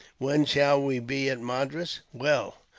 when shall we be at madras? well,